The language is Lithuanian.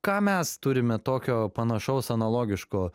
ką mes turime tokio panašaus analogiško